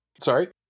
sorry